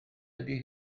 ydy